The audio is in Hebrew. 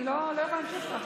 אני לא יכולה להמשיך ככה.